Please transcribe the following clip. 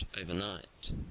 overnight